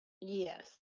Yes